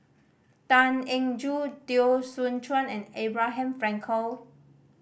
Tan Eng Joo Teo Soon Chuan and Abraham Frankel